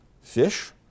fish